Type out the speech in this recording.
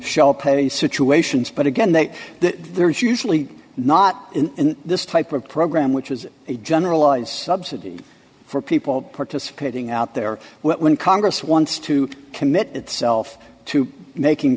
shall pay situations but again they that there is usually not in this type of program which is a generalized subsidy for people participating out there when congress wants to commit itself to making